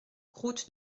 route